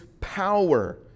power